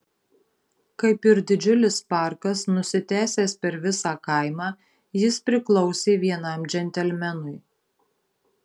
kaip ir didžiulis parkas nusitęsęs per visą kaimą jis priklausė vienam džentelmenui